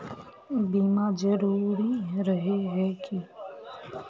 बीमा जरूरी रहे है की?